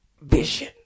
vision